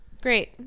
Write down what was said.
Great